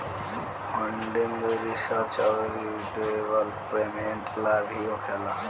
funding research औरी development ला भी होखेला